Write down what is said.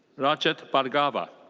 rajat bhargava.